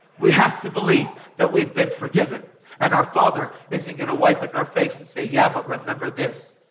we have to believe that we've been forgiven and our father isn't going to wipe it in our face and say, yeah, but remember this.